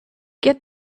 get